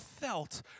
felt